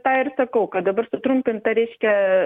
tą ir sakau kad dabar sutrumpinta reiškia